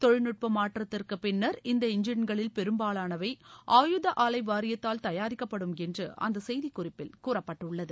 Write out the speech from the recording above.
தொழில்நுட்ப மாற்றத்திற்கு பின்னர் இந்த எஞ்சின்களில் பெரும்பாலானவை ஆயுத ஆலை வாரியத்தால் தயாரிக்கப்படும் என்று அந்த செய்திக் குறிப்பில் கூறப்பட்டுள்ளது